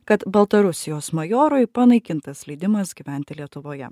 kad baltarusijos majorui panaikintas leidimas gyventi lietuvoje